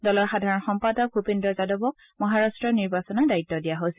দলৰ সাধাৰণ সম্পাদক ভূপেন্দ্ৰ যাদৱক মহাৰাট্টৰ নিৰ্বাচনৰ দায়িত্ব দিয়া হৈছে